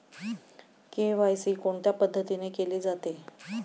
KYC कोणत्या पद्धतीने केले जाते?